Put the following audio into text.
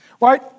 right